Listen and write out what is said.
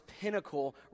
pinnacle